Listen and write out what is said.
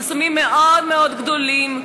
חסמים מאוד מאוד גדולים,